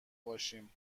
باشیم